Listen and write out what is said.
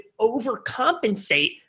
overcompensate